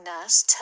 nurse